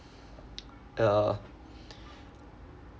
uh